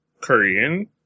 Korean